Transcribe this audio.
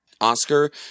Oscar